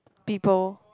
people